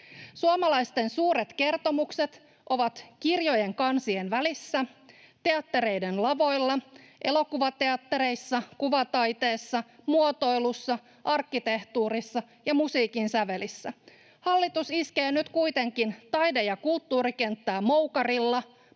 Suomalaisten suuret kertomukset ovat kirjojen kansien välissä, teattereiden lavoilla, elokuvateattereissa, kuvataiteessa, muotoilussa, arkkitehtuurissa ja musiikin sävelissä. Hallitus iskee nyt kuitenkin taide- ja kulttuurikenttää moukarilla